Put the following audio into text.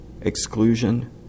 exclusion